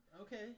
Okay